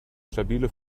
stabile